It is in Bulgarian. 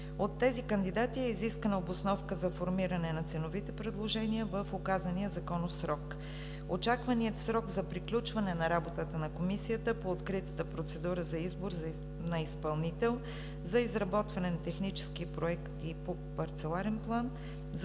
От тези кандидати е изискана обосновка за формиране на ценовите предложения в указания законов срок. Очакваният срок за приключване на работата на Комисията по откритата процедура за избор на изпълнител за изработване на техническия проект и по парцеларен план